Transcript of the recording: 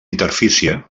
interfície